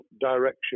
direction